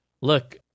look